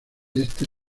este